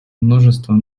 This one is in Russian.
множество